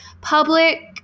public